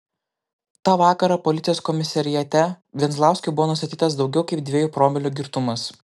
tą vakarą policijos komisariate venzlauskui buvo nustatytas daugiau kaip dviejų promilių girtumas